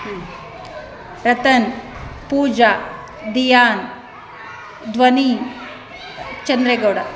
Ratan Pooja Diyan Dhwani Chandregowda